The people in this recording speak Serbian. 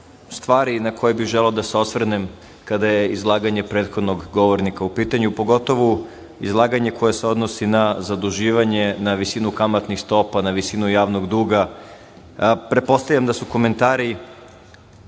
stvari na koje bih želeo da se osvrnem kada je izlaganje prethodnog govornika u pitanju, pogotovu izlaganje koje se odnosi na zaduživanje, na visinu kamatnih stopa, na visinu javnog duga. Pretpostavljam da su komentari